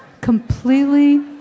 completely